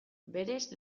berez